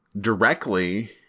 Directly